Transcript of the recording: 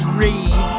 read